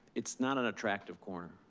it's not an attractive corner.